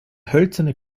hölzerne